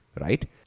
right